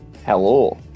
Hello